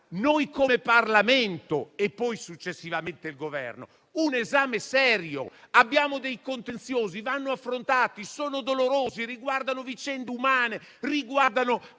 noi come Parlamento e poi successivamente il Governo, un esame serio. Abbiamo dei contenziosi che vanno affrontati. Sono dolorosi, riguardano vicende umane e quei